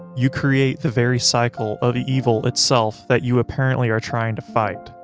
you create the very cycle of evil itself, that you apparently are trying to fight.